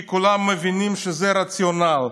כי כולם מבינים שזה רציונל".